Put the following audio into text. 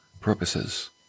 purposes